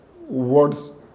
words